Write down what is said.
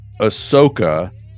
Ahsoka